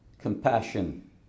compassion